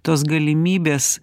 tos galimybės